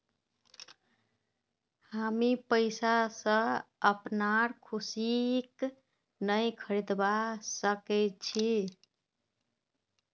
हामी पैसा स अपनार खुशीक नइ खरीदवा सख छि